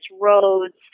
roads